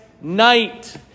night